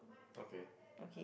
okay